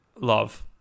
love